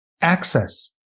access